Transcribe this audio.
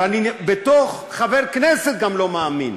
בתור חבר כנסת אני גם לא מאמין.